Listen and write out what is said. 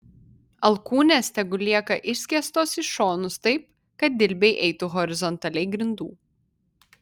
alkūnės tegul lieka išskėstos į šonus taip kad dilbiai eitų horizontaliai grindų